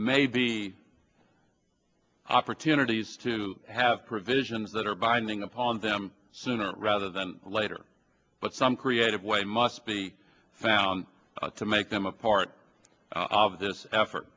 maybe opportunities to have provisions that are binding upon them sooner rather than later but some creative way must be found to make them a part of this effort